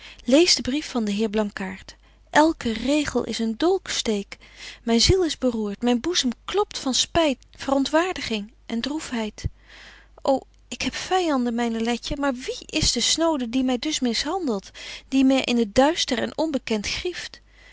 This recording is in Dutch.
lees den brief van den heer blankaart elke regel is een dolksteek myn ziel is beroert myn boezem klopt van spyt verontwaardiging en droefheid ô ik heb vyanden myne letje maar wie is de snode die my dus mishandelt die my in het duister en onbekent grieft